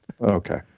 Okay